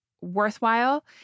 worthwhile